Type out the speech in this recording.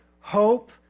hope